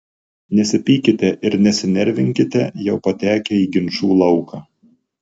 nesipykite ir nesinervinkite jau patekę į ginčų lauką